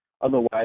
Otherwise